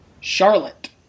Charlotte